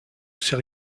sait